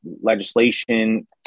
legislation